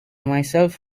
myself